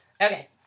Okay